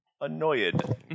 annoyed